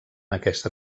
aquesta